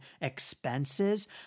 expenses